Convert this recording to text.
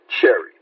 Cherry